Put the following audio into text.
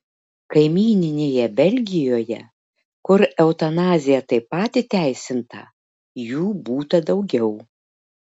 kaimyninėje belgijoje kur eutanazija taip pat įteisinta jų būta daugiau